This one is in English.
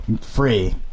free